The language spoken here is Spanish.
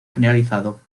generalizado